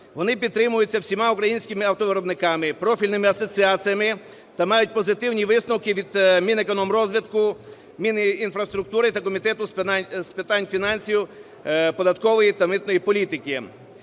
Вони підтримуються всім українськими автовиробниками, профільними асоціаціями та мають позитивні висновки від Мінекономрозвитку, Мінінфраструктури та Комітету з питань фінансів, податкової та митної політики.